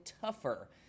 tougher